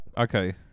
okay